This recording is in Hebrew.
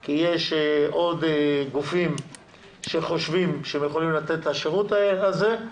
כי יש עוד גופים שחושבים שהם יכולים לתת את השירות הזה,